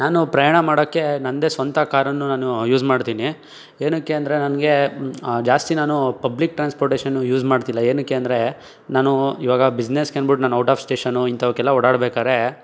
ನಾನು ಪ್ರಯಾಣ ಮಾಡೋಕ್ಕೆ ನನ್ನದೇ ಸ್ವಂತ ಕಾರನ್ನು ನಾನು ಯೂಸ್ ಮಾಡ್ತೀನಿ ಏನಕ್ಕೆ ಅಂದರೆ ನನಗೆ ಜಾಸ್ತಿ ನಾನು ಪಬ್ಲಿಕ್ ಟ್ರಾನ್ಸ್ಪೋರ್ಟೇಷನು ಯೂಸ್ ಮಾಡ್ತಿಲ್ಲ ಏನಕ್ಕೆ ಅಂದರೆ ನಾನು ಈವಾಗ ಬಿಸ್ನೆಸ್ಗೆ ಅನ್ಬಿಟ್ಟು ನಾನು ಔಟ್ ಆಫ್ ಸ್ಟೇಷನು ಇಂಥವಕ್ಕೆಲ್ಲ ಓಡಾಡ್ಬೇಕಾದ್ರೆ